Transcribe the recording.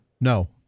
no